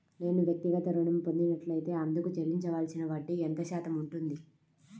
నేను వ్యక్తిగత ఋణం పొందినట్లైతే అందుకు చెల్లించవలసిన వడ్డీ ఎంత శాతం ఉంటుంది?